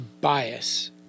bias